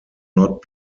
not